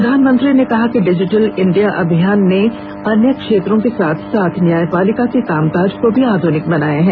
प्रधानमंत्री ने कहा कि डिजिटल इंडिया अभियान ने अन्य क्षेत्रों के साथ साथ न्यायपालिका के कामकाज को भी आधुनिक बनाया है